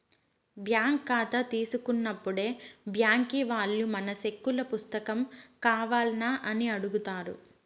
bank కాతా తీసుకున్నప్పుడే బ్యాంకీ వాల్లు మనకి సెక్కుల పుస్తకం కావాల్నా అని అడుగుతారు